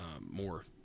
more